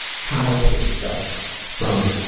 childhood stuff from